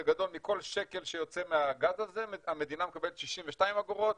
בגדול מכל שקל שיוצא מהגז המדינה מקבלת 62 אגורות,